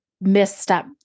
misstep